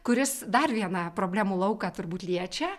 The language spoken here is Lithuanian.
kuris dar vieną problemų lauką turbūt liečia